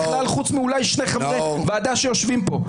אולי חוץ משני חברי כנסת שיושבים בוועדה.